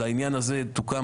לעניין הזה תוקם